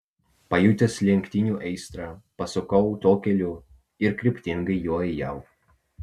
pajutęs lenktynių aistrą pasukau tuo keliu ir kryptingai juo ėjau